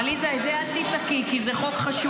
עליזה, את זה אל תצעקי, כי זה חוק חשוב.